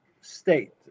state